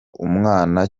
umwana